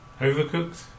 Overcooked